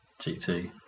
GT